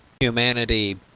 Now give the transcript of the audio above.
humanity